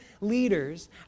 leaders